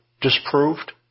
disproved